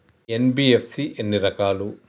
NBFC ఎన్ని రకాలు?